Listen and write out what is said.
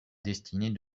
destinée